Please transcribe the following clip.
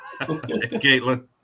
Caitlin